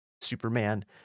Superman